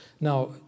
Now